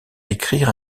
écrire